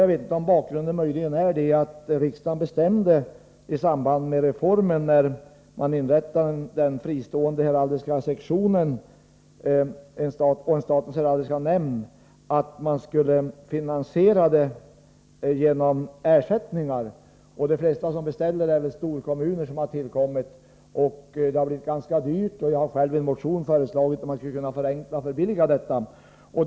Jag vet inte om bakgrunden möjligen är att riksdagen i samband med den reform då man inrättade den fristående heraldiska sektionen och en statens heraldiska nämnd beslöt att verksamheten skulle finansieras genom ersättningar. De flesta beställarna är storkommuner som tillkommit. Detta blir ganska dyrt, och jag har själv i en motion föreslagit att man skulle förenkla och förbilliga verksamheten.